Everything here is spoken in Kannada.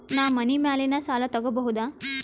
ನಾ ಮನಿ ಮ್ಯಾಲಿನ ಸಾಲ ತಗೋಬಹುದಾ?